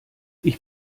ich